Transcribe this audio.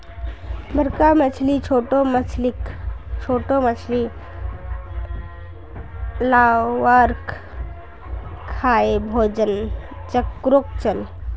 बड़का मछली छोटो मछलीक, छोटो मछली लार्वाक खाएं भोजन चक्रोक चलः